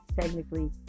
technically